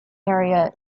area